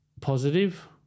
positive